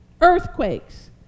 earthquakes